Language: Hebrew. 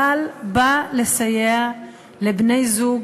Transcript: אבל בא לסייע לבני-זוג